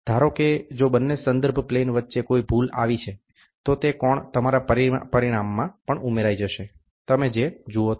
ધારો કે જો બંને સંદર્ભ પ્લેન વચ્ચે કોઈ ભૂલ આવી છે તો તે કોણ તમારા પરિણામમાં પણ ઉમેરાઇ જશે તમે જે જુઓ તે